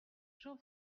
jean